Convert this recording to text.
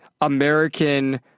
American